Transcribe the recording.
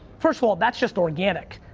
first of all, that's just organic.